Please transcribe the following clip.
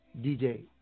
DJ